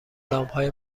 لامپهای